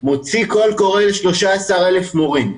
מוציא קול קורא ל-13,000 מורים.